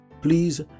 Please